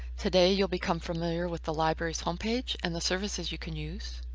today you'll become familiar with the library's homepage and the services you can use.